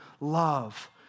love